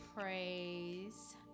praise